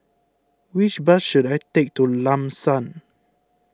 which bus should I take to Lam San